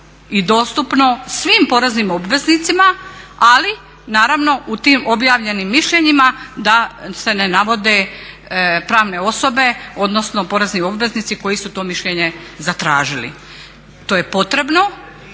i dostupno svim poreznim obveznicima, ali naravno u tim objavljenim mišljenjima da se ne navode pravne osobe odnosno porezni obveznici koji su to mišljenje zatražili. To je potrebno